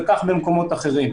וכך גם במקומות אחרים.